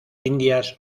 indias